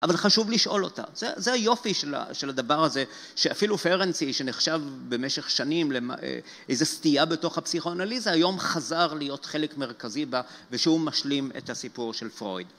אבל חשוב לשאול אותה. זה היופי של הדבר הזה שאפילו פרנסי, שנחשב במשך שנים לאיזו סטייה בתוך הפסיכואנליזה, היום חזר להיות חלק מרכזי בה, ושהוא משלים את הסיפור של פרויד.